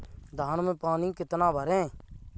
धान में पानी कितना भरें?